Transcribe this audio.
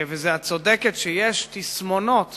את צודקת שיש תסמונות